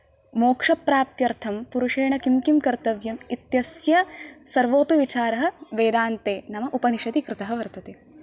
मोक्षप्राप्त्यर्थं पुरुषेण किं किं कर्तव्यम् इत्यस्य सर्वोऽपि विचारः वेदान्ते नाम उपनिषदि कृतः वर्तते